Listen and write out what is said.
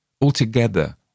Altogether